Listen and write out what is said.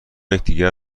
یکدیگر